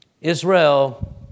Israel